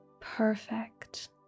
Perfect